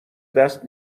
دست